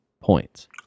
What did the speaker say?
points